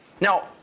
Now